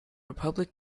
republic